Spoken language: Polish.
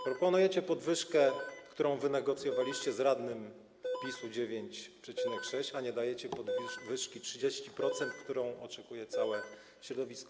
Proponujecie podwyżkę, którą wynegocjowaliście z radnym PiS-u - 9,6, a nie dajecie podwyżki o 30%, której oczekuje całe środowisko.